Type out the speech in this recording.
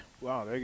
wow